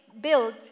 built